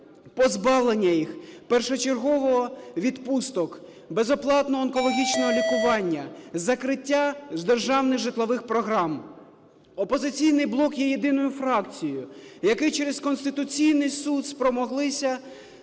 позбавлення їх першочергово відпусток, безоплатного онкологічного лікування, закриття державних житлових програм. "Опозиційний блок" є єдиною фракцією, які через Конституційний Суд спромоглися